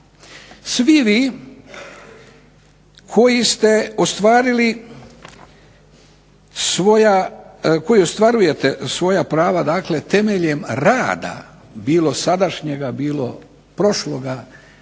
Svi vi koji ostvarujete svoja prava dakle temeljem rada, bilo sadašnjega, bilo prošloga